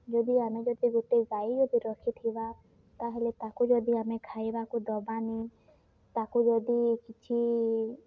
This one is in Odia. ଯଦି ଆମେ ଯଦି ଗୋଟେ ଗାଈ ଯଦି ରଖିଥିବା ତା'ହେଲେ ତାକୁ ଯଦି ଆମେ ଖାଇବାକୁ ଦେବାନି ତାକୁ ଯଦି କିଛି